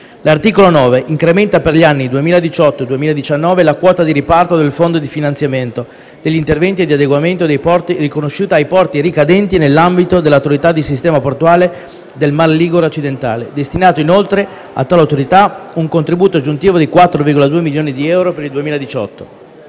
L’articolo 9 incrementa, per gli anni 2018 e 2019, la quota di riparto del Fondo per il finanziamento degli interventi di adeguamento dei porti riconosciuta ai porti ricadenti nell’ambito dell’Autorità di sistema portuale del Mar ligure occidentale, destinando inoltre a tale Autorità un contributo aggiuntivo di 4,2 milioni di euro per il 2018.